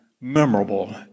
memorable